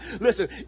Listen